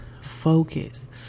Focus